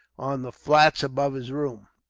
on the flats above his room.